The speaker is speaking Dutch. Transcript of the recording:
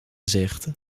gezicht